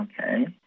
okay